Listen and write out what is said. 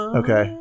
okay